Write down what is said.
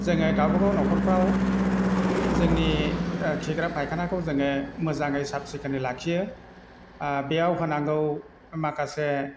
जोङो गावबागाव न'खरफ्राव जोंनि खिग्रा फायखानाखौ जोङो मोजाङै साब सिखोनै लाखियो बियाव होनांगौ माखासे